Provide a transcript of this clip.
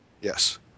yes